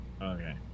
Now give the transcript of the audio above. okay